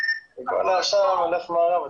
וכל העשן הולך מערבה.